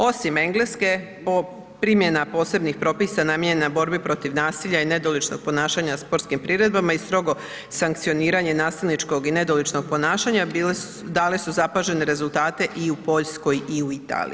Osim Engleske, po primjena posebnih propisa namijenjena borbi protiv nasilja i nedoličnog ponašanja na sportskim priredbama i strogo sankcioniranje nasilničkog i nedoličnog ponašanja bili su, dali su zapažene rezultate i u Poljskoj i u Italiji.